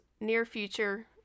near-future